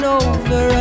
over